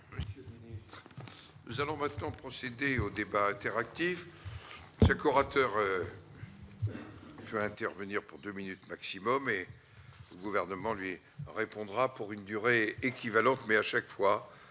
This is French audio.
vous remercie. Nous allons maintenant procéder au débat interactif, chaque orateur. Je peux intervenir pour 2 minutes maximum et gouvernement lui répondra pour une durée équivalente, mais à chaque fois,